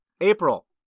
April